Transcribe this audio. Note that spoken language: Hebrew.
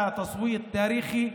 ולכן זו הצבעה היסטורית,